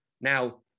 Now